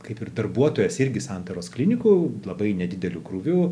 kaip ir darbuotojas irgi santaros klinikų labai nedideliu krūviu